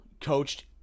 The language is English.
coached